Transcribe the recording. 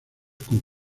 con